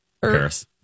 Paris